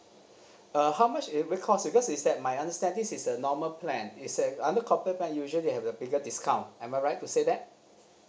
uh how much will it cost because is that my understand this is a normal plan is that under corporate [one] usually have a bigger discount am I right to say that